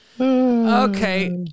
Okay